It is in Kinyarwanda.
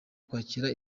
kwakira